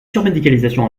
surmédicalisation